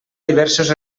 diversos